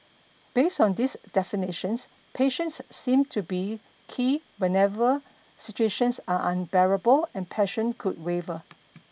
based on these definitions patience seems to be key whenever situations are unbearable and passion could waver